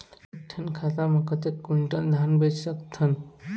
एक ठन खाता मा कतक क्विंटल धान ला बेच सकथन?